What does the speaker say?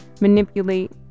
manipulate